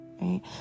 right